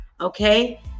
okay